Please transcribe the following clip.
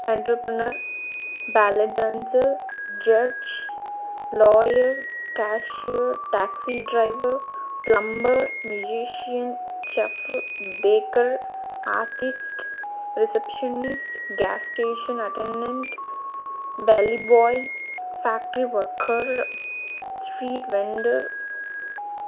entrepreneur ballet dancer judge lawyer cashier taxi driver plumber musician chef baker artist receptionist gas station attendant belly boy factory worker street vendor